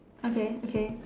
okay okay